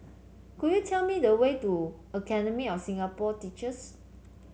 could you tell me the way to Academy of Singapore Teachers